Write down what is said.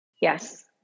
yes